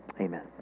Amen